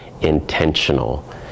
intentional